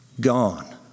Gone